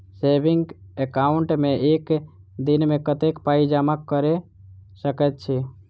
Saving account मे एक दिनमे कतेक पाई जमा कऽ सकैत छी?